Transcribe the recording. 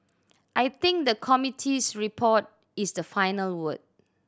I think the committee's report is the final word